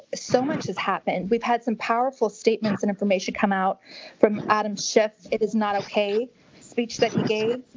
so much has happened. we've had some powerful statements and information come out from adam schiff. it is not okay, the speech that he gave.